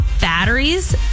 batteries